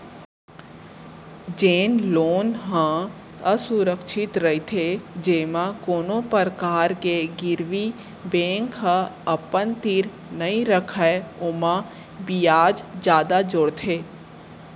जेन लोन ह असुरक्छित रहिथे जेमा कोनो परकार के गिरवी बेंक ह अपन तीर नइ रखय ओमा बियाज जादा जोड़थे